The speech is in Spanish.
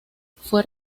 fue